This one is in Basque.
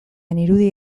irudi